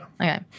Okay